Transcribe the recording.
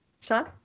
Sean